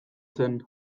zen